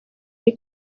ari